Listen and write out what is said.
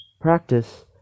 practice